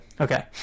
Okay